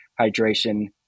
hydration